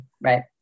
right